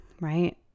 right